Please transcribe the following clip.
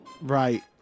Right